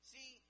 See